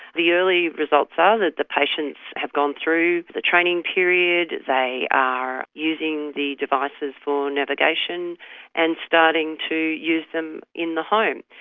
the early results are ah that the patients have gone through the training period, they are using the devices for navigation and starting to use them in the home.